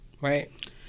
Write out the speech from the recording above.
right